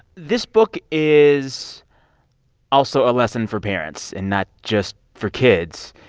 this book is also a lesson for parents and not just for kids.